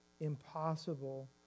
impossible